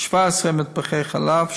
17 מטבחי חלב,